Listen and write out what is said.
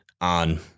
on